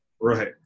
Right